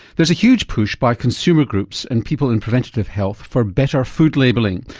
there's a huge push by consumer groups and people in preventative health for better food labelling.